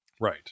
Right